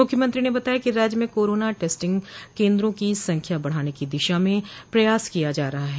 मूख्यमंत्री ने बताया कि राज्य में कोरोना टेस्टिंग केन्द्रों की संख्या बढ़ाने की दिशा में प्रयास किया जा रहा है